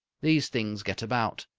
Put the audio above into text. these things get about.